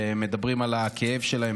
והם מדברים על הכאב שלהם,